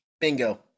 bingo